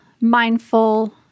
mindful